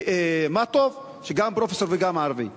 ומה טוב, שגם פרופסור וגם ערבי.